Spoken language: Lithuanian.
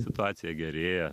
situacija gerėja